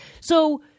So-